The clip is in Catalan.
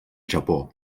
japó